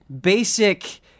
basic